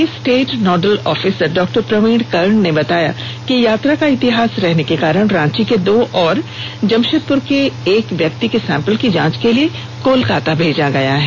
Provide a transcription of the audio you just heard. corona के state nodal officer doctor Praveen Karn ने बताया कि यात्रा का इतिहास रहने के कारण रांची के दो और जमषेदपुर के एक व्यक्ति के सैंपल की जांच के लिए कोलकाता भेजा गया है